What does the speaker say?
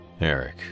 Eric